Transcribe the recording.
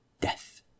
death